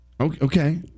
Okay